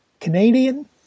Canadian